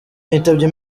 yitabye